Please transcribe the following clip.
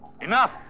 Enough